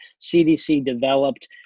CDC-developed